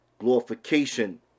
Glorification